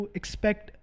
expect